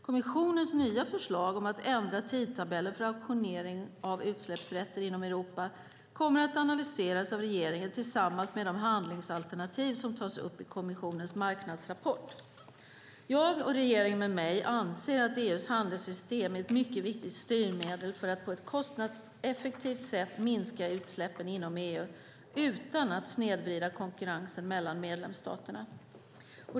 Kommissionens nya förslag om att ändra tidtabellen för auktionering av utsläppsrätter inom Europa kommer att analyseras av regeringen tillsammans med de handlingsalternativ som tas upp i kommissionens marknadsrapport. Jag och regeringen med mig anser att EU:s handelssystem är ett mycket viktigt styrmedel för att på ett kostnadseffektivt sätt minska utsläppen inom EU utan att snedvrida konkurrensen mellan medlemsstaterna.